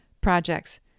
projects